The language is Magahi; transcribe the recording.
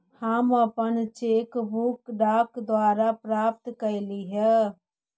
हम अपन चेक बुक डाक द्वारा प्राप्त कईली हे